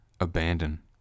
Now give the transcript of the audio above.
abandon